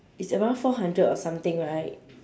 is around four hundred or something right